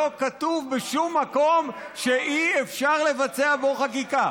לא כתוב בשום מקום שאי-אפשר לבצע בו חקיקה.